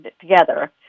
together